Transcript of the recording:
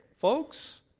folks